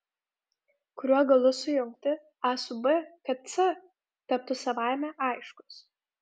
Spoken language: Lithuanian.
kuriuo galu sujungti a su b kad c taptų savaime aiškus